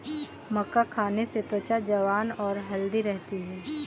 मक्का खाने से त्वचा जवान और हैल्दी रहती है